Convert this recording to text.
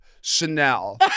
Chanel